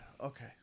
Okay